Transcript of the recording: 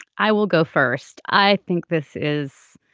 i will go first i think this is